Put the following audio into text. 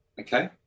Okay